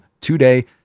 Today